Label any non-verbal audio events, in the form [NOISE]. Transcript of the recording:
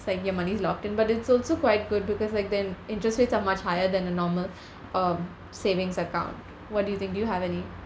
like your money is locked in but it's also quite good because like then interest rates are much higher than the normal [BREATH] um savings account what do you think do you have any